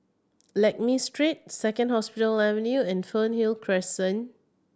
Lakme Street Second Hospital Avenue and Fernhill Crescent